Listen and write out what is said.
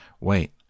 wait